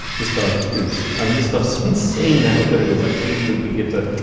this stuff is. i mean this stuff's insane how good it is i can't even begin to.